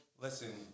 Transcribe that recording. Listen